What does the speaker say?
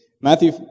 Matthew